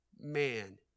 man